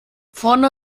vorne